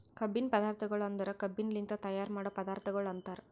ಕಬ್ಬಿನ ಪದಾರ್ಥಗೊಳ್ ಅಂದುರ್ ಕಬ್ಬಿನಲಿಂತ್ ತೈಯಾರ್ ಮಾಡೋ ಪದಾರ್ಥಗೊಳ್ ಅಂತರ್